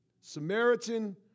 Samaritan